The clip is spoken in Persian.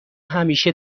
همیشه